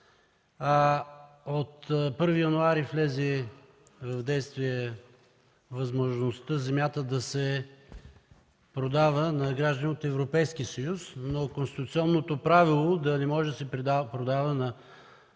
От 1 януари влезе в действие възможността земята да се продава на граждани от Европейския съюз, но конституционното правило да не може да се продава и придобива